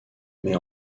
mais